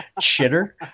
chitter